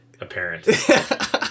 apparent